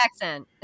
accent